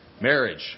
Marriage